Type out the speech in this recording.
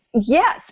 yes